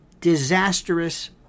disastrous